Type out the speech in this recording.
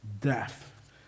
death